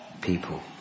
people